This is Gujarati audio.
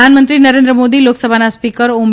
પ્રધાનમંત્રી નરેન્દ્ર મોદી લોકસભાના સ્પીકર ઓમ